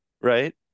right